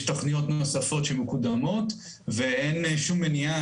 יש תוכניות נוספות שמקודמות ואין שום מניעה